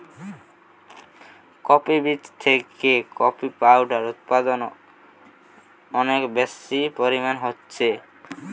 coffee বীজ থিকে coffee powder উদপাদন অনেক বেশি পরিমাণে হচ্ছে